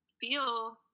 feel